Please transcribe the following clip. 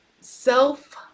self